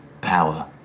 power